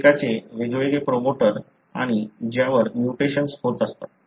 प्रत्येकाचे वेगवेगळे प्रमोटर आणि ज्यावर म्युटेशन्स होत असतात